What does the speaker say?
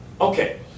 Okay